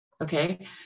okay